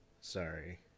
sorry